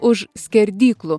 už skerdyklų